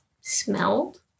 smelled